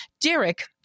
Derek